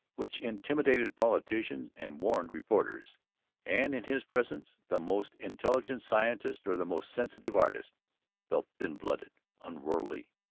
which intimidated politicians and warned reporters and in his presence the most intelligent scientist or the most sensitive artist felt thin-blooded, unworldly,